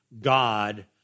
God